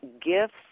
gifts